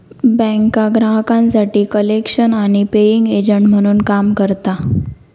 बँका ग्राहकांसाठी कलेक्शन आणि पेइंग एजंट म्हणून काम करता